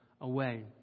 away